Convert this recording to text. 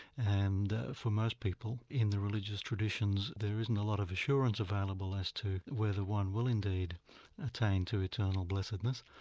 and for most people in the religious traditions, there isn't a lot of assurance available as to whether one will indeed attain to eternal blessedness,